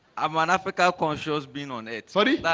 i'm one half a cow conscious been on it. sorry.